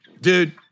dude